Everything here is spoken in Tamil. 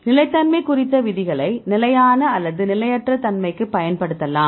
நிலைத்தன்மை குறித்த விதிகளை நிலையான அல்லது நிலையற்ற தன்மைக்கு பயன்படுத்தலாம்